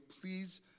Please